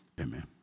Amen